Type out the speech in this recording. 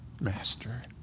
Master